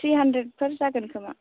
three hundred four जागोन खोमा